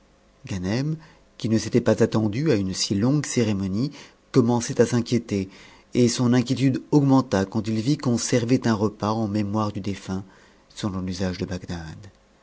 qui ne s'était pas attendu à une si longue cérémonie commençait à s'inquiéter et son inquiétude augmenta quand il vit qu'on servait un repas en mémoire du défunt selon l'usage de bagdad